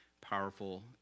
powerful